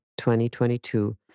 2022